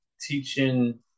teaching